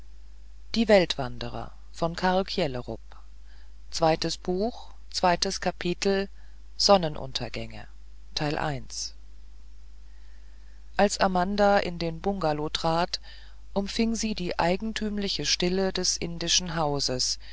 als amanda in den bungalow trat umfing sie die eigentümliche stille des indischen hauses